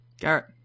Garrett